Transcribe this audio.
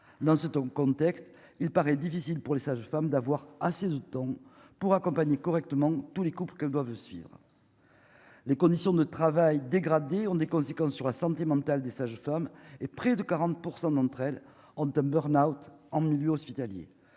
dans certains contextes, il paraît difficile pour les sages-femmes d'avoir assez de temps pour accompagner correctement tous les couples qu'elles doivent suivre les conditions de travail dégradées ont des conséquences sur la santé mentale des sages-femmes et près de 40 % d'entre elles ont un burn-out en milieu hospitalier,